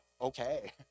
okay